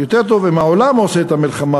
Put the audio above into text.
יותר טוב אם העולם עושה את המלחמה,